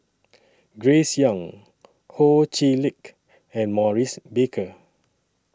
Grace Young Ho Chee Lick and Maurice Baker